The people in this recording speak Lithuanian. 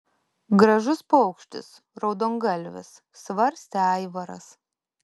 gražus paukštis raudongalvis svarstė aivaras